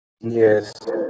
Yes